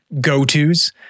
go-tos